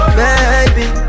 baby